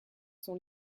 sont